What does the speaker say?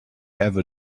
ever